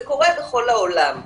זה קורה בכל העולם,